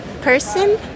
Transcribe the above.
person